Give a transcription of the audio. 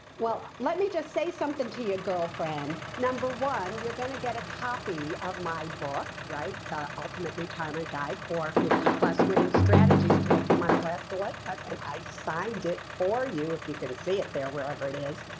let me just say something to you, girlfriend. number one, you're going to get a copy of my book, right, the ultimate retirement guide for fifty plus, winning strategies to make your money last a lifetime. and i signed it for you, if you can see it there wherever it is.